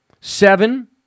Seven